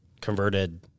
converted